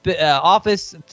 office